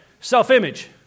Self-image